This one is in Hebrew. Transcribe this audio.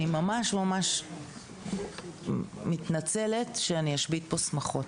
אני ממש ממש מתנצלת שאני אשבית פה שמחות